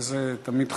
וזה תמיד חשוב.